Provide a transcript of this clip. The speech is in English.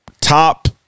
top